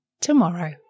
tomorrow